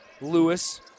Lewis